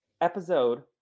Episode